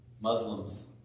Muslims